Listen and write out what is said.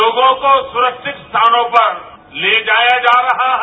लोगों को सुरक्षति स्थानों पर ले जाया जा रहा है